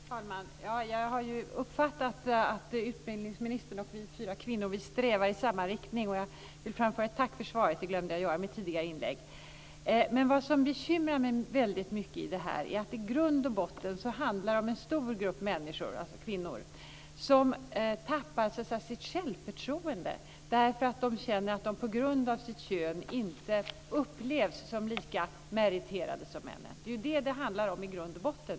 Fru talman! Jag har uppfattat att utbildningsministern och vi fyra kvinnor strävar i samma riktning. Jag vill också framföra ett tack för svaret, vilket jag glömde att göra i mitt tidigare inlägg. Vad som bekymrar mig väldigt mycket i detta är att det i grund och botten handlar om en stor grupp människor, alltså kvinnor, som tappar sitt självförtroende därför att de känner att de på grund av sitt kön inte upplevs som lika meriterade som männen. Det är ju det som det handlar om i grund och botten.